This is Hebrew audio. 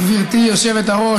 גברתי היושבת-ראש,